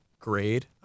Grade